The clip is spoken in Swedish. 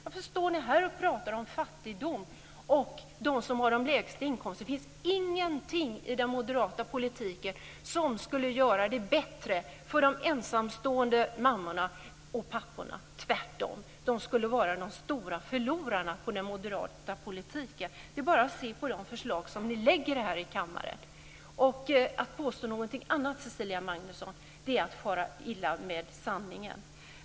Varför står ni här och pratar om fattigdom och om dem som har de lägsta inkomsterna? Det finns ingenting i den moderata politiken som skulle göra det bättre för de ensamstående mammorna och papporna. Tvärtom - de skulle vara de stora förlorarna vid en moderat politik. Det kan vi se på de förslag som ni lägger fram här i kammaren. Att påstå någonting annat, Cecilia Magnusson, är att fara illa med sanningen.